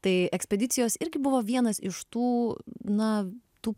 tai ekspedicijos irgi buvo vienas iš tų na tų